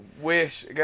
wish